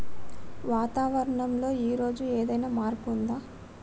వాతావరణం లో ఈ రోజు ఏదైనా మార్పు ఉందా?